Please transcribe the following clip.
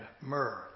myrrh